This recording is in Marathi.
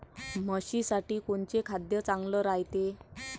म्हशीसाठी कोनचे खाद्य चांगलं रायते?